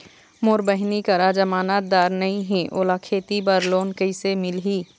मोर बहिनी करा जमानतदार नई हे, ओला खेती बर लोन कइसे मिलही?